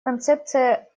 концепция